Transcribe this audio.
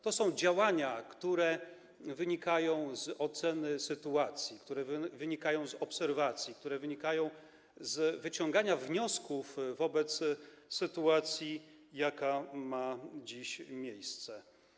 To są działania, które wynikają z oceny sytuacji, które wynikają z obserwacji, które wynikają z wyciągania wniosków wobec sytuacji, jaka ma dziś miejsce.